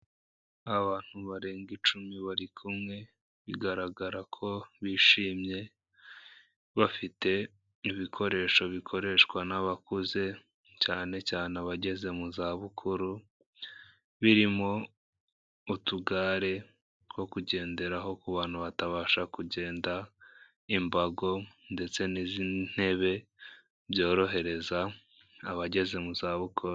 Abantu barenga icumi bari kumwe, bigaragara ko bishimye, bafite ibikoresho bikoreshwa n'abakuze, cyane cyane abageze mu zabukuru, birimo utugare two kugenderaho, ku bantu batabasha kugenda, imbago ndetse n'izi ntebe, byorohereza abageze mu zabukuru.